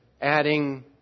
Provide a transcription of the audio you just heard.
adding